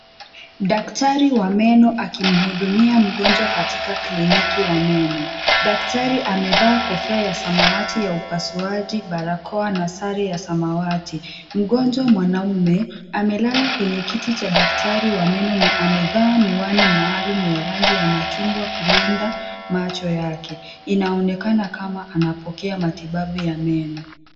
Daktari wa meno akimhudumia mgonjwa katika kliniki ya meno, daktari amevaa kofia ya samawati ya upasuaji, barakoa na sare za samawati, mgonjwa mwanaume amelala kwenye kiti cha daktari wa meno na amevaa miwani maalum ya rangi ya machungwa kulinda macho yake inaonekana kama anapokea matibabu ya meno.